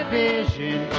vision